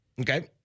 Okay